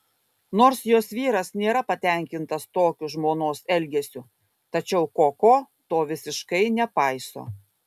nors jos vyras nėra patenkintas tokiu žmonos elgesiu tačiau koko to visiškai nepaiso